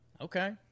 Okay